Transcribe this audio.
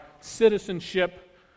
citizenship